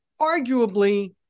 arguably